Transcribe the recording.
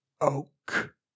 oak